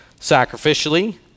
sacrificially